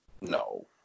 No